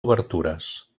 obertures